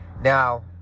Now